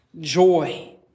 joy